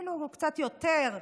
אפילו קצת יותר,